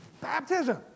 Baptism